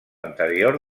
anterior